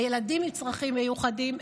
הילדים עם צרכים מיוחדים,